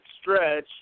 stretch